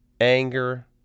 anger